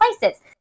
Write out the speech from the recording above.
places